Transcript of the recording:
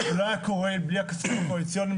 זה לא היה קורה בלי הכספים הקואליציוניים